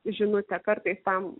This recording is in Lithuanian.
žinutę kartais tam